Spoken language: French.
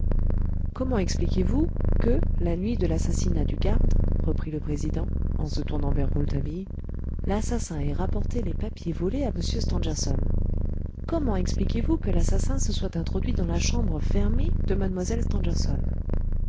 comment expliquez-vous que la nuit de l'assassinat du garde reprit le président en se tournant vers rouletabille l'assassin ait rapporté les papiers volés à m stangerson comment expliquez-vous que l'assassin se soit introduit dans la chambre fermée de mlle